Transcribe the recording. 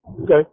Okay